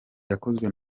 yakozwe